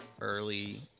early